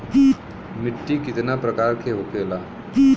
मिट्टी कितना प्रकार के होखेला?